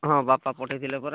ହଁ ବାପା ପଠେଇଥିଲେ ପରା